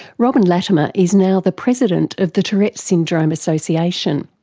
robyn lattimer is now the president of the tourette's syndrome association.